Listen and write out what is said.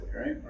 right